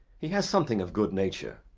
he has something of good-nature,